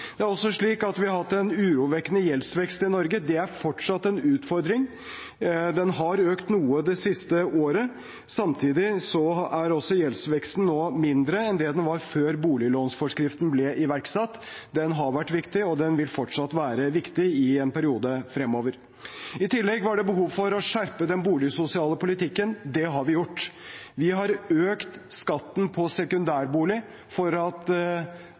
Vi har også hatt en urovekkende gjeldsvekst i Norge. Det er fortsatt en utfordring. Den har økt noe det siste året. Samtidig er gjeldsveksten nå mindre enn den var før boliglånsforskriften ble iverksatt. Den har vært viktig, og den vil fortsatt være viktig i en periode fremover. I tillegg var det behov for å skjerpe den boligsosiale politikken. Det har vi gjort. Vi har økt skatten på sekundærbolig for at